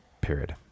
Period